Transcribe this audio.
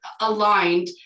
aligned